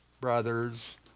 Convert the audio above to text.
Brothers